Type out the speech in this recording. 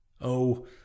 Oh